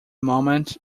moment